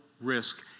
risk